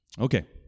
Okay